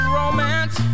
romance